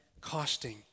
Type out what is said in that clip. costing